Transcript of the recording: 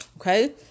Okay